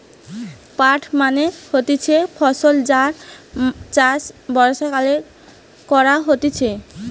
পাট মানে হতিছে ফসল যার চাষ বর্ষাকালে করা হতিছে